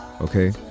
Okay